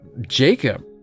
Jacob